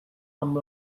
amb